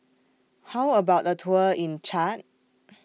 How about A Tour in Chad